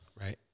Right